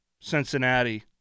Cincinnati